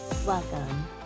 Welcome